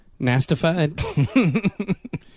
Nastified